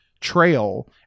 trail